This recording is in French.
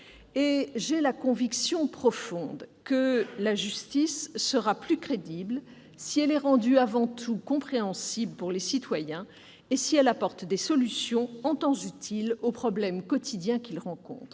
J'ai la conviction profonde que la justice sera plus crédible si elle est rendue avant tout compréhensible pour les citoyens et si elle apporte des solutions en temps utile aux problèmes quotidiens qu'ils rencontrent.